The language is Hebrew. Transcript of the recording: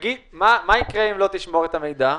נגיד מה יקרה אם לא תשמור את המידע?